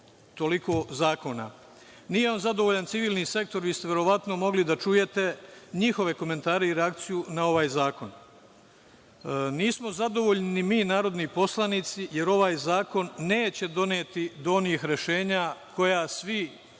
toliko zakona. Nije vam zadovoljan civilni sektor. Vi ste verovatno mogli da čujete njihove komentare i reakciju na ovaj zakon. Nismo zadovoljni ni mi, narodni poslanici, jer ovaj zakon neće dovesti do onih rešenja koja svi mi